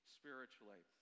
spiritually